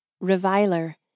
reviler